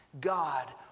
God